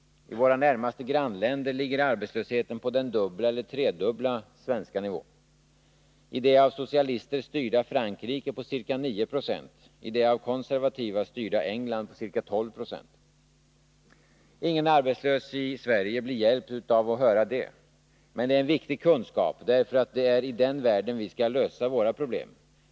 I våra närmaste grannländer ligger arbetslösheten på den dubbla eller tredubbla svenska nivån. I det av socialister styrda Frankrike ligger den på ca 9 90 och i det av konservativa Ingen arbetslös i Sverige blir hjälpt av att höra det. Men det är en viktig kunskap, därför att det är i den världen vi skall lösa våra problem.